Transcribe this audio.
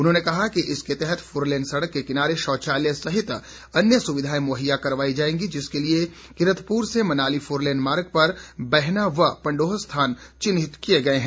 उन्होंने कहा कि इसके तहत फोरलेन सड़क के किनारे शौचालय सहित अन्य सुविधाएं मुहैया करवाई जाएंगी जिसके लिए कीरतपुर से मनाली फोरलेन मार्ग पर बैहना व पंडोह स्थान चिन्हित किए गए हैं